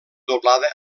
doblada